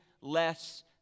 less